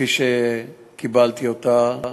כפי שקיבלתי אותה.